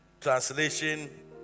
Translation